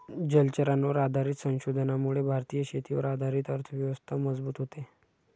जलचरांवर आधारित संशोधनामुळे भारतीय शेतीवर आधारित अर्थव्यवस्था मजबूत होते